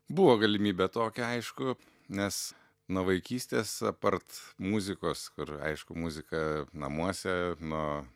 buvo galimybė tokia aišku nes nuo vaikystės apart muzikos kur aišku muzika namuose nuo